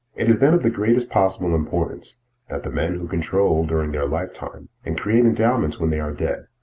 it is then of the greatest possible importance that the men who control during their lifetime, and create endowments when they are dead,